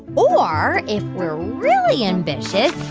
or if we're really ambitious,